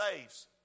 saves